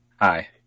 Hi